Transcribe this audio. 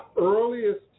earliest